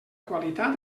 qualitat